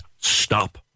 stop